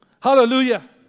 Hallelujah